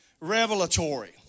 revelatory